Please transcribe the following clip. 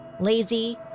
lazy